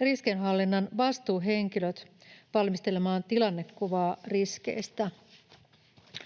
riskienhallinnan vastuuhenkilöt valmistelemaan tilannekuvaa riskeistä.